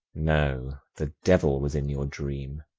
no the devil was in your dream.